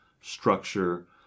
structure